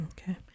Okay